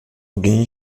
alguém